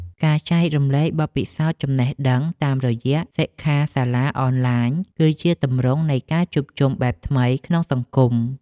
ការចែករំលែកបទពិសោធន៍ចំណេះដឹងតាមរយៈសិក្ខាសាលាអនឡាញ គឺជាទម្រង់នៃការជួបជុំបែបថ្មីក្នុងសង្គម។